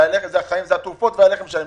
זה התרופות והלחם שלהם.